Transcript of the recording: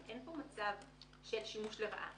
אין כאן מצב של שימוש לרעה.